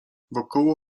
wokoło